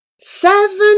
Seven